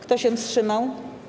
Kto się wstrzymał?